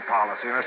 policy